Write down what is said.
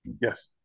Yes